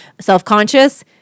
self-conscious